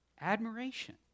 admiration